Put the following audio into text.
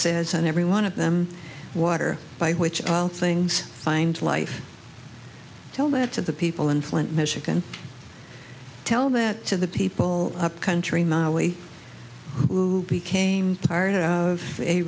says on every one of them water by which all things find life tell that to the people in flint michigan tell that to the people up country mali who became part of a